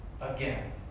Again